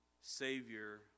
Savior